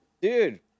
Dude